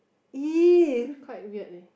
quite weird leh